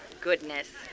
goodness